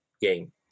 game